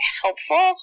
helpful